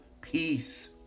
peace